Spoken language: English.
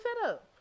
setup